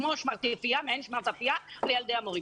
כמו שמטרפיה לילדי המורים.